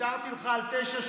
כמה זמן יש לו?